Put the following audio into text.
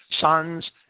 sons